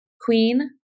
Queen